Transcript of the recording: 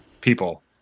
people